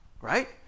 right